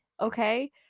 Okay